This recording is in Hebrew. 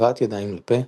הבאת ידיים לפה,